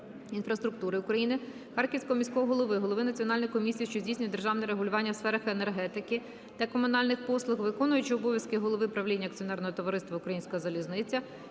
інфраструктури України, Харківського міського голови, голови Національної комісії, що здійснює державне регулювання у сферах енергетики та комунальних послуг, виконуючого обов'язки голови правління Акціонерного товариства "Українська залізниця"